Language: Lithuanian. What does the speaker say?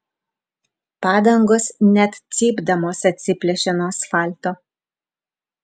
padangos net cypdamos atsiplėšė nuo asfalto